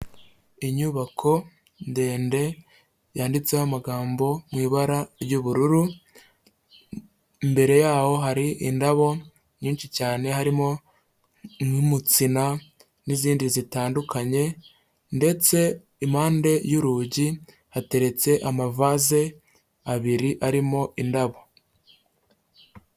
Inyubako ndende yanditseho amagambo mu ibara ry'ubururu, imbere yaho hari indabo nyinshi cyane harimo n'umutsina n'izindi zitandukanye ndetse impande y'urugi hateretse amavaze abiri arimo indabo.